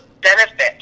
benefit